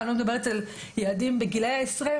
ואני לא מדברת על ילדים בגילי העשרה